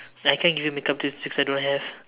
I can't give you make up tips cause I don't have